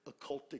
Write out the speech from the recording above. occultic